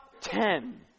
ten